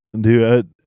dude